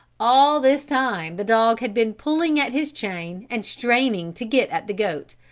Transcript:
all this time the dog had been pulling at his chain and straining to get at the goat,